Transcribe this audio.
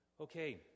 Okay